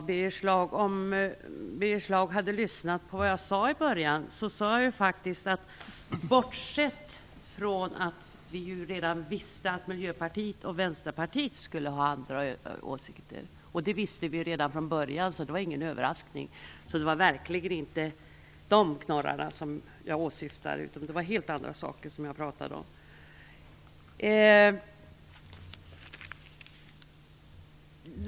Herr talman! Om Birger Schlaug hade lyssnat hade han förstått vad jag menade. Jag sade att vi redan från början visste att Miljöpartiet och Vänsterpartiet skulle ha andra åsikter - det var ingen överraskning. Det var verkligen inte de knorrarna jag åsyftade, utan jag pratade om helt andra saker.